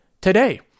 today